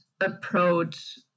approach